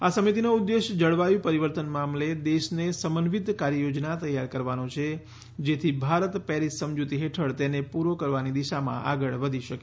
આ સમિતિનો ઉદ્દેશ જળવાયુ પરિવર્તન મામલે દેશને સમન્વિત કાર્યયોજના તૈયાર કરવાનો છે જેથી ભારત પેરિસ સમજૂતી હેઠળ તેને પૂરો કરવાની દિશામાં આગળ વધી શકે